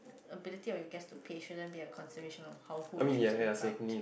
ability of your guest to passionate be have consideration of how who it should invite